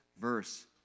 verse